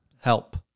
help